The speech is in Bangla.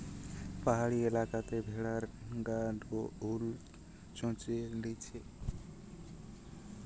পাহাড়ি এলাকাতে ভেড়ার গা নু উল চেঁছে লিছে